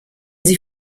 sie